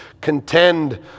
contend